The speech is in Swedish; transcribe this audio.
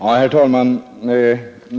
Herr talman!